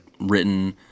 written